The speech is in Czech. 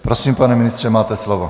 Prosím, pane ministře, máte slovo.